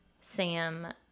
Sam